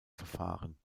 verfahren